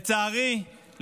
לצערי,